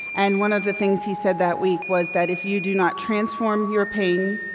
and one of the things he said that week was that if you do not transform your pain,